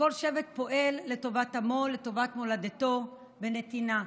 כשכל שבט פועל לטובת עמו, לטובת מולדתו, בנתינה: